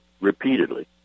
repeatedly